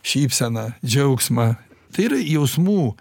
šypseną džiaugsmą tai yra jausmų